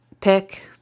pick